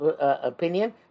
opinion